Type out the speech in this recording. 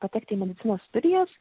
patekti į medicinos studijas